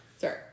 Sorry